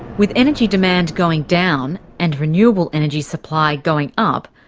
with energy demand going down, and renewable energy supply going up,